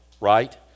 right